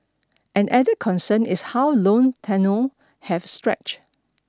an added concern is how loan tenure have stretched